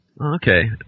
Okay